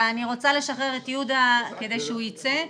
אני רוצה לשחרר את יהודה, כדי שהוא ייצא.